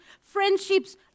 friendships